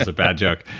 ah bad joke.